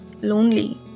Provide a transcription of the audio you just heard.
lonely